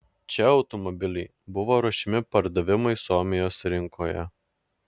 čia automobiliai buvo ruošiami pardavimui suomijos rinkoje